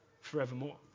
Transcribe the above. forevermore